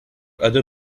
other